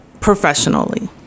Professionally